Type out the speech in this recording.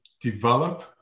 develop